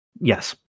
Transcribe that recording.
Yes